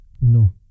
No